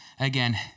Again